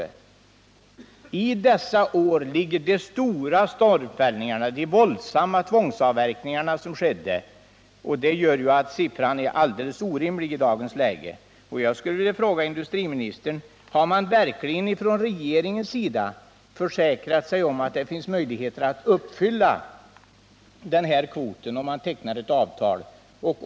Men under dessa år skedde de stora stormfällningarna och de våldsamma ”tvångsavverkningarna”. Detta gör att den angivna mängden är orimligt hög i dagens läge. Jag skulle vilja fråga industriministern: Har regeringen verkligen försäkrat sig om att det finns möjlighet att uppfylla denna kvot om ett avtal tecknas?